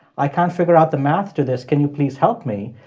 i can't figure out the math to this. can you please help me?